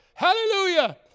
Hallelujah